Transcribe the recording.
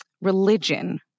religion